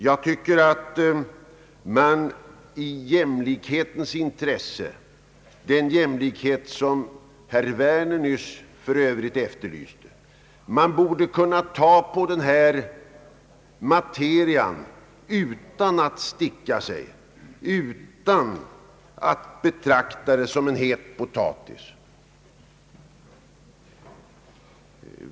Jag tycker att man i jämlikhetens intresse — den jämlikhet som herr Werner nyss efterlyste — borde kunna ta på den här materian utan att sticka sig och utan att betrakta den som en het potatis.